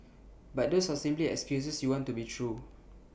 but those are simply excuses you want to be true